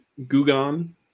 Gugan